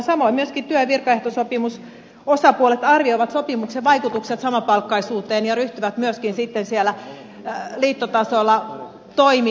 samoin myöskin työ ja virkaehtosopimusosapuolet arvioivat sopimuksen vaikutukset samapalkkaisuuteen ja ryhtyvät myöskin sitten siellä liittotasolla toimiin